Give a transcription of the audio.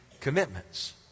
commitments